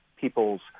people's